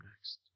next